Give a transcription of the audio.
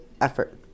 effort